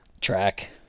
Track